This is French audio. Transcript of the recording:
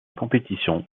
compétition